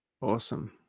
Awesome